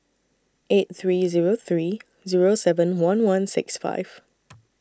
eight three Zero three Zero seven one one six five